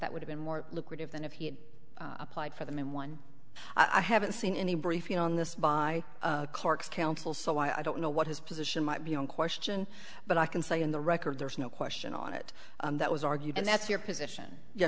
that would have been more lucrative than if he had applied for the main one i haven't seen any briefing on this by counsel so i don't know what his position might be on question but i can say in the record there is no question on it that was argued and that's your position ye